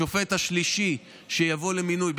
השופט השלישי שיבוא למינוי,